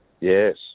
Yes